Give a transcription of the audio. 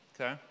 okay